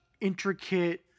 intricate